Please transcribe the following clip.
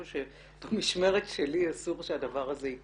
הוא שבמשמרת שלי אסור שהדבר הזה יקרה.